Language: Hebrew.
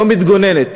לא מתגוננת,